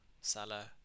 Salah